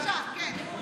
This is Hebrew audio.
בבקשה, כן.